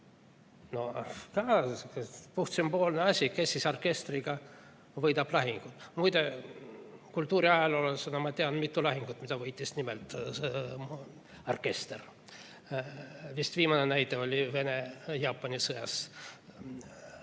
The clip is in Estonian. No ka puhtsümboolne asi, kes siis orkestriga võidab lahingu. Muide kultuuriajaloolasena ma tean mitut lahingut, mille võitis nimelt orkester. Vist viimane näide on Vene-Jaapani sõjast.